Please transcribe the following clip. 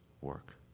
work